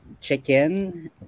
chicken